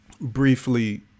briefly